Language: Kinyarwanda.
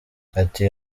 ati